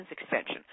extension